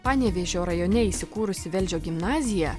panevėžio rajone įsikūrusi velžio gimnazija